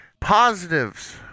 positives